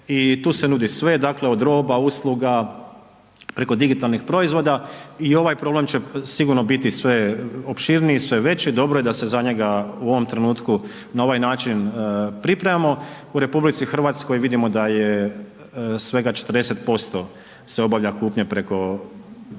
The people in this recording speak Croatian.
i tu se nudi sve, dakle od roba, usluga, preko digitalnih proizvoda i ovaj problem će sigurno biti sve opširniji, sve veći, dobro je da se za njega u ovom trenutku na ovaj način pripremamo. U RH vidimo da je svega 40% se obavlja kupnja preko,